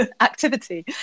activity